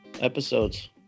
episodes